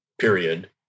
period